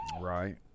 Right